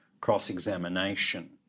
cross-examination